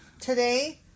Today